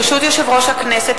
ברשות יושב-ראש הכנסת,